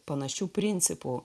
panašiu principu